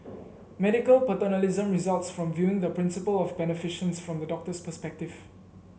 medical paternalism results from viewing the principle of beneficence from the doctor's perspective